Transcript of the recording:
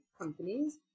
companies